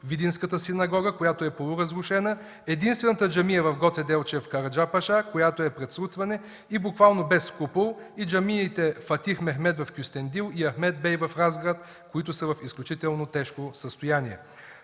Видинската синагога, която е полуразрушена, единствената джамия в Гоце Делчев – „Караджа паша”, която е пред срутване и буквално без купол, и джамиите „Фатих Мехмед” в Кюстендил и „Ахмед бей” в Разград, които са в изключително тежко състояние.